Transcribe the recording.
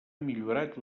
millorat